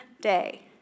day